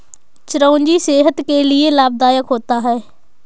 चिरौंजी सेहत के लिए लाभदायक होता है